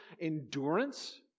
endurance